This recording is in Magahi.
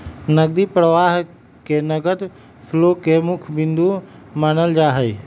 नकदी प्रवाह के नगद फ्लो के मुख्य बिन्दु मानल जाहई